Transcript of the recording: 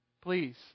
Please